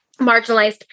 marginalized